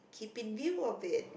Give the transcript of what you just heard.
keep in view of it